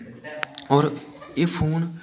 होर एह् फोन